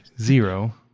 zero